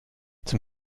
zum